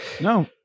no